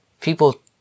people